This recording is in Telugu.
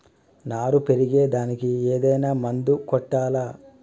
నారు పెరిగే దానికి ఏదైనా మందు కొట్టాలా?